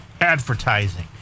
advertising